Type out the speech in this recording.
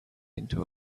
into